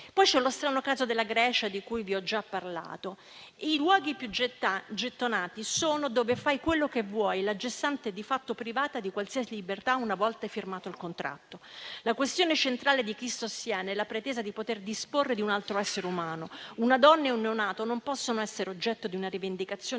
poi lo strano caso della Grecia di cui vi ho già parlato. I luoghi più gettonati sono quelli dove fai quello che vuoi e la gestante è di fatto privata di qualsiasi libertà una volta firmato il contratto; la questione centrale di chi sostiene la pretesa di poter disporre di un altro essere umano. Una donna e un neonato non possono essere oggetto di una rivendicazione